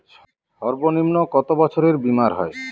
সর্বনিম্ন কত বছরের বীমার হয়?